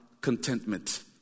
contentment